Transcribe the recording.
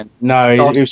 No